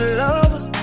lovers